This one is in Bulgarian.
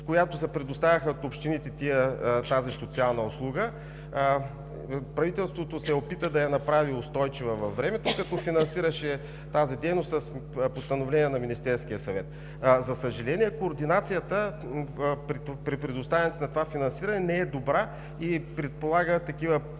услуга се предоставяше от общините. Правителството се опита да я направи устойчива във времето, като финансираше тази дейност с постановление на Министерския съвет. За съжаление, координацията при предоставянето на това финансиране не е добра, предполага